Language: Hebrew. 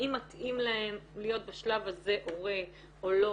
האם מתאים להן להיות בשלב הזה הורה או לא.